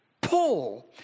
Paul